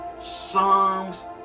Psalms